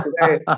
today